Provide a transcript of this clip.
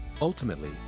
Ultimately